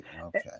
okay